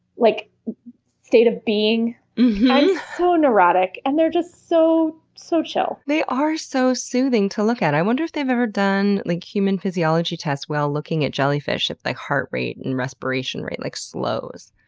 like state of being. i'm so neurotic and they're just so, so chill. they are so soothing to look at! i wonder if they've ever done, like, human physiology test while looking at jellyfish, like if like heart rate and respiration rate like slows?